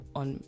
on